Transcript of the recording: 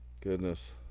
Goodness